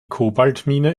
kobaltmine